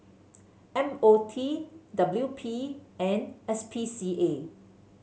M O T W P and S P C A